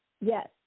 Yes